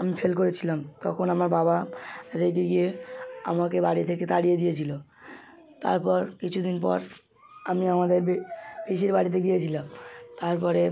আমি ফেল করেছিলাম তখন আমার বাবা রেগে গিয়ে আমাকে বাড়ি থেকে তাড়িয়ে দিয়েছিল তারপর কিছু দিন পর আমি আমাদের পিসির বাড়িতে গিয়েছিলাম তারপরে